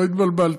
לא התבלבלתי.